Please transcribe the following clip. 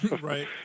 right